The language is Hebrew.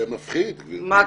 זה מפחיד, גברתי.